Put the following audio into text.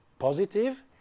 positive